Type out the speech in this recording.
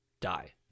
die